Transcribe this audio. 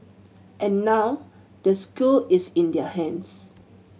and now the school is in their hands